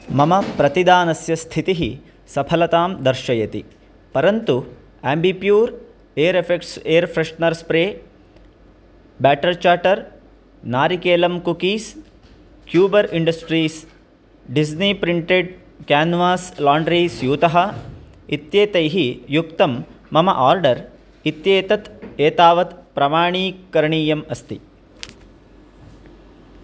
मम प्रतिदानस्य स्थितिः सफलतां दर्शयति परन्तु Ambi Pur air effects air freshener spray better chatter नारिकेलम् cookies Kuber industries Disney printed canvas laundry स्यूतः इत्येतैः युक्तं मम आर्डर् इत्येतत् एतावत् प्रमाणीकरणीयम् अस्ति